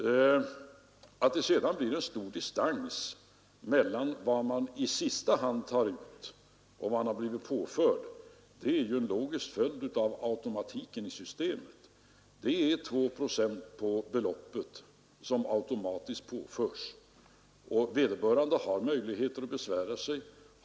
skatteflykt Att det sedan blir en stor distans mellan vad som i sista hand tas ut och vad man har blivit påförd är en logisk följd av automatiken i systemet. Det är 2 procent på beloppet som automatiskt påförs, och vederbörande har möjligheter att besvära sig.